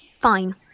Fine